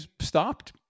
stopped